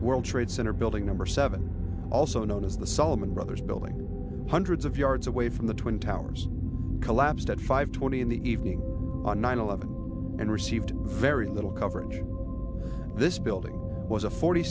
world trade center building number seven also known as the solomon brothers building hundreds of yards away from the twin towers collapsed at five twenty in the evening on nine eleven and received very little coverage this building was a forty